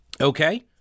Okay